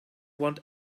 want